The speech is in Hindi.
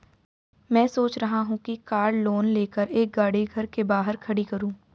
मैं सोच रहा हूँ कि कार लोन लेकर एक गाड़ी घर के बाहर खड़ी करूँ